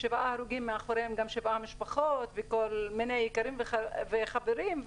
מאחוריהם גם שבע משפחות ויקרים וחברים,